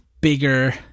bigger